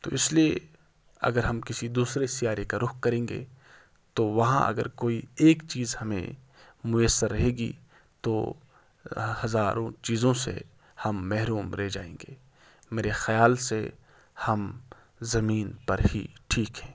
تو اس لیے اگر ہم کسی دوسرے سیارے کا رخ کریں گے تو وہاں اگر کوئی ایک چیز ہمیں میسر رہے گی تو ہزاروں چیزوں سے ہم محروم رہ جائیں گے میرے خیال سے ہم زمین پر ہی ٹھیک ہیں